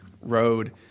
Road